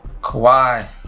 Kawhi